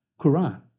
Quran